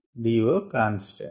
DO constant